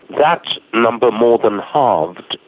that number more than halved.